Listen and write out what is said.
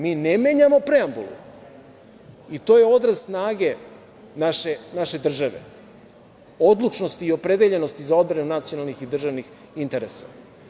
Mi ne menjamo preambulu i to je odraz snage naše države, odlučnost i opredeljenost i za odbranu nacionalnih i državnih interesa.